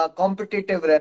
competitive